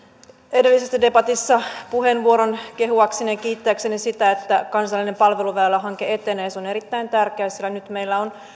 edellisessä debatissa puheenvuoron kehuakseni ja kiittääkseni sitä että kansallinen palveluväylähanke etenee se on erittäin tärkeää sillä nyt meillä on